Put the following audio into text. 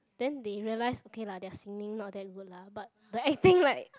then they realise okay lah their singing not that good lah but the acting like